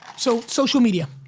so social media.